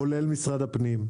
כולל משרד הפנים.